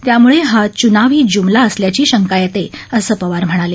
त्यामुळे हा चुनावी जुमला असल्याची शक्वी येते असपिवार म्हणाले